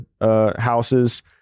houses